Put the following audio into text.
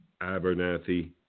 Abernathy